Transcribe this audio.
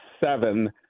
seven